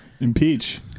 Impeach